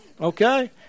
okay